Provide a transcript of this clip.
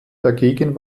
dagegen